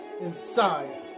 inside